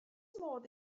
modd